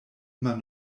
immer